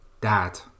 Dad